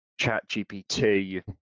ChatGPT